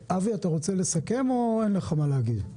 אבי, אתה רוצה לסכם או שאין לך מה להגיד?